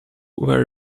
were